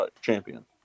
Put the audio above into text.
champion